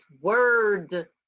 word